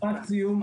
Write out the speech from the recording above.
משפט סיכום,